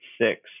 six